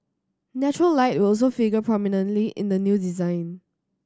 natural light will also figure prominently in the new design